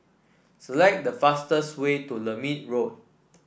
select the fastest way to Lermit Road